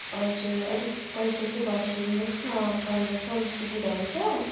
हजुर अलिक पैसा चाहिँ घटाइदिनुहोस् न पन्ध्र सय जस्तो दिँदा हुन्छ